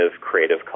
creative